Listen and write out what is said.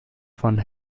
von